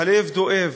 הלב דואב.